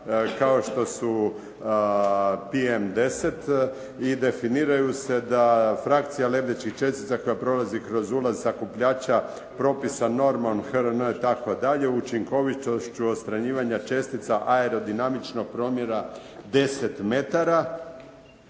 kao što su PM 10 i definiraju se da frakcija lebdećih čestica koja prolazi kroz ulaz sakupljača propisa normon hrn itd. učinkovitošću odstranjivanja čestica aerodinamičnog promjera 10 metara.